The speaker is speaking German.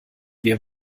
wir